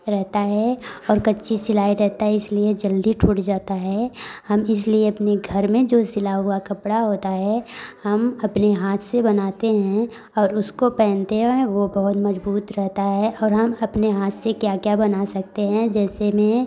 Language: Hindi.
रहता है और कच्ची सिलाई रहता है इसलिए जल्दी टूट जाता है हम इसलिए अपनी घर में जो सिला हुआ कपड़ा होता है हम अपने हाथ से बनाते हैं और उसको पहनते हैं वो बहुत मजबूत रहता है और हम अपने हाथ से क्या क्या बना सकते हैं जैसे मैं